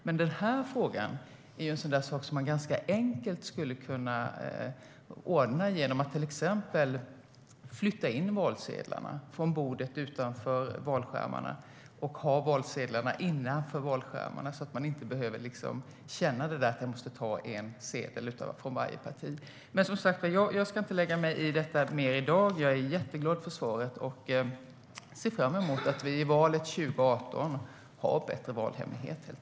Men den här frågan är en sådan som man ganska enkelt skulle kunna lösa genom att till exempel flytta in valsedlarna från bordet utanför valskärmarna och ha valsedlarna innanför valskärmarna så att väljarna inte behöver känna att de måste ta en sedel från varje parti. Men jag ska inte lägga mig i detta mer i dag. Jag är jätteglad för svaret och ser fram emot att vi i valet 2018 har bättre valhemlighet.